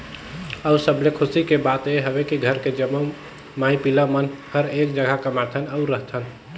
अउ सबले खुसी के बात ये हवे की घर के जम्मो माई पिला मन हर एक जघा कमाथन अउ रहथन